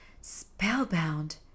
spellbound